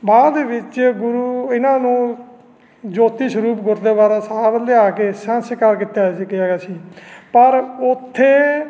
ਬਾਅਦ ਦੇ ਵਿੱਚ ਗੁਰੂ ਇਹਨਾਂ ਨੂੰ ਜੋਤੀ ਸਰੂਪ ਗੁਰਦੁਆਰਾ ਸਾਹਿਬ ਲਿਆ ਕੇ ਸੰਸਕਾਰ ਕੀਤਾ ਸੀ ਪਰ ਉੱਥੇ